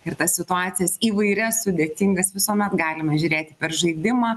ir tas situacijas įvairias sudėtingas visuomet galima žiūrėti per žaidimą